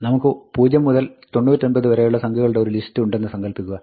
നമുക്ക് 0 മുതൽ 99 വരെയുള്ള സംഖ്യകളുടെ ഒരു ലിസ്റ്റ് ഉണ്ടെന്ന് സങ്കല്പിക്കുക